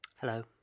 Hello